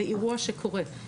לאירוע שקורה.